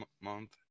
month